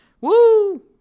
woo